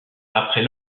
après